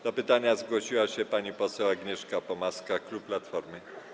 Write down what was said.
Do pytania zgłosiła się pani poseł Agnieszka Pomaska, klub Platformy.